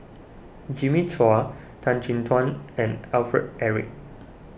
Jimmy Chua Tan Chin Tuan and Alfred Eric